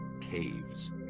Caves